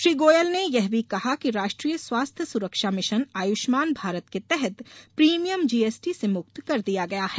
श्री गोयल ने यह भी कहा कि राष्ट्रीय स्वास्थ्य सुरक्षा मिशन आयुष्मान भारत के तहत प्रीमियम जीएसटी से मुक्त कर दिया गया है